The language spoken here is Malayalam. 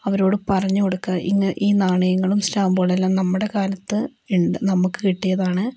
അവരോട് പറഞ്ഞു കൊടുക്കാം ഈ നാണയങ്ങളും സ്റ്റാമ്പുകളുമെല്ലാം നമ്മുടെ കാലത്ത് നമുക്ക് കിട്ടിയതാണ്